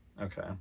okay